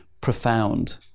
profound